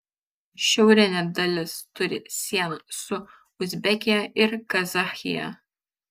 šiaurinė dalis turi sieną su uzbekija ir kazachija